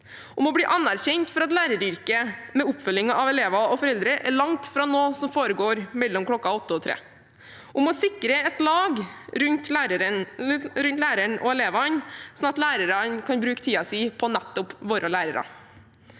om å bli anerkjent for at læreryrket, med oppfølging av elever og foreldre, er langt fra noe som foregår mellom kl. 08 og 15, og om å sikre et lag rundt læreren og elevene, sånn at lærerne kan bruke tiden sin på nettopp å være lærere.